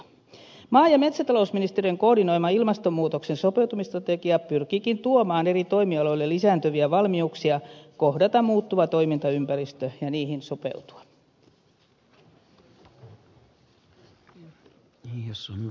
maa ja metsätalousministeriön koordinoima ilmastonmuutoksen sopeutumisstrategia pyrkiikin tuomaan eri toimialoille lisääntyviä valmiuksia kohdata muuttuva toimintaympäristö ja sopeutua siihen